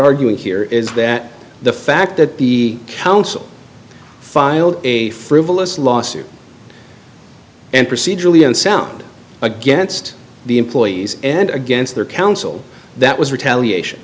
arguing here is that the fact that the counsel filed a frivolous lawsuit and procedurally unsound against the employees and against their counsel that was retaliation